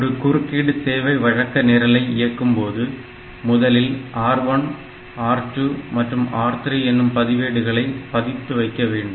ஒரு குறுக்கீடு சேவை வழக்க நிரலை இயக்கும்போது முதலில் R1 R2 மற்றும் R3 என்னும் பதிவேடுகளை பதித்து வைக்க வேண்டும்